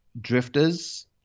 drifters